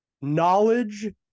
Knowledge